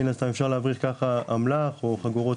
מן הסתם אפשר להבריח ככה אמל"ח או חגורות